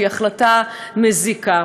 שהיא החלטה מזיקה.